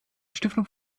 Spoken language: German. stiftung